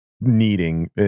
needing